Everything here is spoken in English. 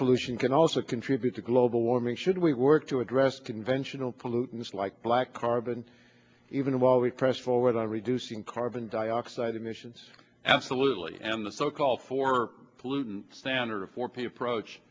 pollution can also contribute to global warming should we work to address conventional pollutants like black carbon even while we press forward on reducing carbon dioxide emissions absolutely and the so called for pollutant standard for p